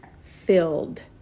filled